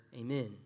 Amen